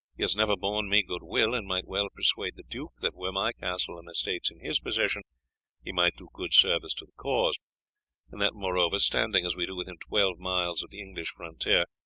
he has never borne me good-will, and might well persuade the duke that were my castle and estates in his possession he might do good service to the cause and that, moreover, standing as we do within twelve miles of the english frontier,